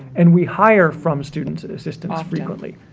and we hire from students and assistants frequently,